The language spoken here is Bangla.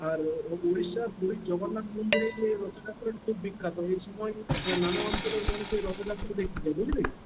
আর উড়িষ্যার পুরীর জগন্নাথ মন্দিরে রথযাত্রা তো খুব বিখ্যাত এই সময় নানা অঞ্চলের রথযাত্রা দেখতে যায় বুঝলি তো